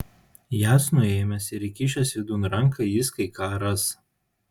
jas nuėmęs ir įkišęs vidun ranką jis kai ką ras